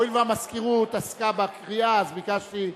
הואיל והמזכירות עסקה בקריאה, אז ביקשתי,